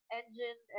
engine